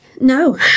No